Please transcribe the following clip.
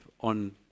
on